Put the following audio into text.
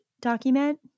document